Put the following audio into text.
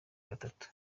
gatatu